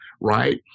right